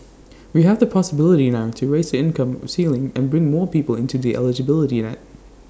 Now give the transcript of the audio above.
we have the possibility now to raise the income ceiling and bring more people into the eligibility net